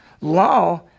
Law